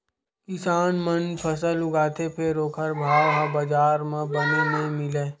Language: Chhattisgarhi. किसान मन फसल उगाथे फेर ओखर भाव ह बजार म बने नइ मिलय